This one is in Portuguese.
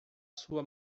sua